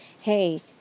hey